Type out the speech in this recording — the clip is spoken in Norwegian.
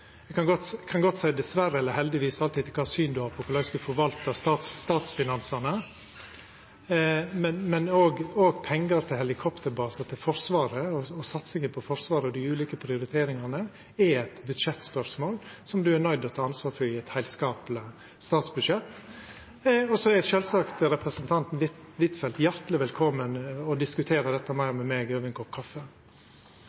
kan godt seia dessverre eller heldigvis, alt etter kva syn ein har på korleis ein forvaltar statsfinansane, men òg pengar til helikopterbase til Forsvaret og satsinga på Forsvaret og dei ulike prioriteringane er eit budsjettspørsmål som ein er nøydd til å ta ansvar for i eit heilskapleg statsbudsjett. Så er sjølvsagt representanten Huitfeldt hjarteleg velkomen til å diskutera dette meir